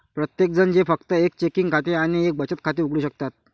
प्रत्येकजण जे फक्त एक चेकिंग खाते आणि एक बचत खाते उघडू शकतात